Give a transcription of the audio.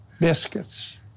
biscuits